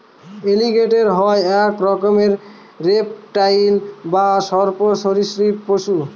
এলিগেটের হয় এক রকমের রেপ্টাইল বা সর্প শ্রীপ পশু